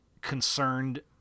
concerned